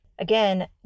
Again